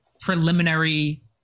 preliminary